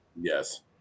Yes